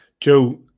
Joe